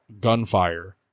gunfire